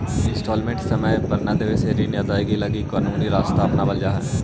instalment समय पर न देवे पर ऋण अदायगी लगी कानूनी रास्ता अपनावल जा हई